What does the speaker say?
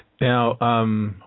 Now